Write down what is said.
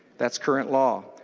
that is current law.